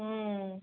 ம்